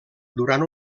durant